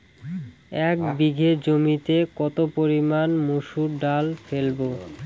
এক বিঘে জমিতে কত পরিমান মুসুর ডাল ফেলবো?